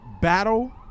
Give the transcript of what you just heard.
battle